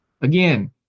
Again